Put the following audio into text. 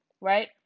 right